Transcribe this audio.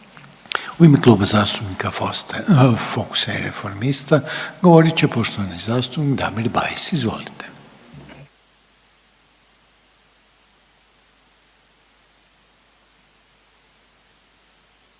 U ime Kluba zastupnika Fokusa i Reformista govorit će poštovani zastupnik Damir Bajs, izvolite.